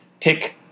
Pick